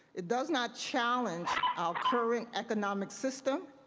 it does not challenge our current economic system.